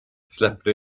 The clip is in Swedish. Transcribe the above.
släpper